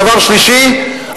דבר שלישי,